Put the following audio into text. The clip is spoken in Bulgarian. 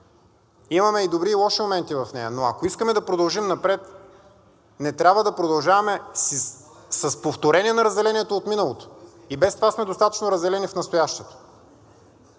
Имаме и добри, и лоши моменти в нея, но ако искаме да продължим напред, не трябва да продължаваме с повторение на разделението от миналото. И без това сме достатъчно разделени в настоящето.